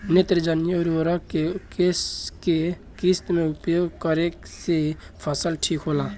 नेत्रजनीय उर्वरक के केय किस्त मे उपयोग करे से फसल ठीक होला?